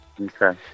Okay